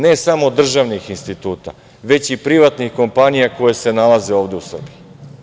Ne samo državnih instituta, već i privatnih kompanija koje se nalaze ovde u Srbiji.